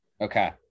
Okay